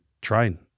train